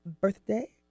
birthday